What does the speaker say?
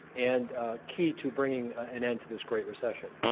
and key to bringing an end to this great recession.